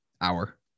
Hour